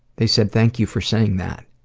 they said, thank you for saying that.